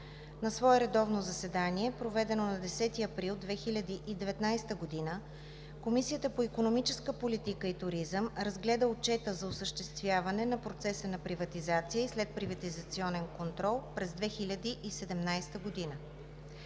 На свое редовно заседание, проведено на 10 април 2019 г., Комисията по икономическа политика и туризъм разгледа Отчета за осъществяване на процеса на приватизация и следприватизационен контрол през 2017 г.